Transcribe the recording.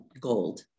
gold